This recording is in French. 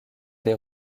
des